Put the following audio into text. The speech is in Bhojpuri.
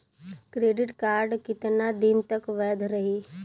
क्रेडिट कार्ड कितना दिन तक वैध रही?